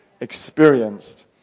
experienced